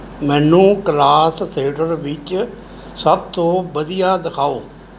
ਮੈਨੂੰ ਕੈਲਾਸ ਥੀਏਟਰ ਵਿੱਚ ਸਭ ਤੋਂ ਵਧੀਆ ਦਿਖਾਓ